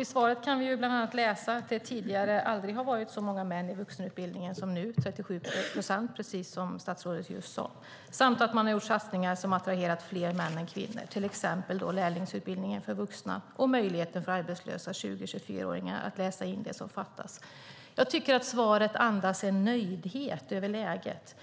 I svaret kan vi bland annat läsa att det aldrig har varit så många män i vuxenutbildningen som nu - det är 37 procent, precis som statsrådet just sade - samt att man har gjort satsningar som attraherat fler män än kvinnor. Det gäller till exempel lärlingsutbildningen för vuxna och möjligheten för arbetslösa 20-24-åringar att läsa in det som fattas. Jag tycker att svaret andas en nöjdhet över läget.